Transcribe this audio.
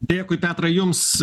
dėkui petrai jums